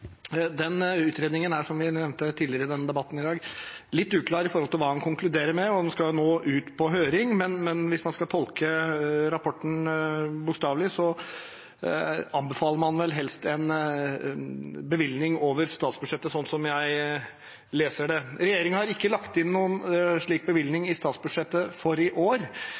Den utredningen er, som jeg nevnte tidligere i denne debatten i dag, litt uklar med hensyn til hva den konkluderer med, og skal nå ut på høring. Men hvis man skal tolke rapporten bokstavelig, anbefaler man vel helst en bevilgning over statsbudsjettet, sånn som jeg leser det. Regjeringen har ikke lagt inn noen slik bevilgning i statsbudsjettet for i år.